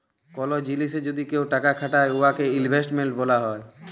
call জিলিসে যদি কেউ টাকা খাটায় উয়াকে ইলভেস্টমেল্ট ব্যলা হ্যয়